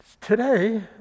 Today